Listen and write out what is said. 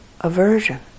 aversion